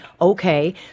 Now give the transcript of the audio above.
okay